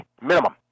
Minimum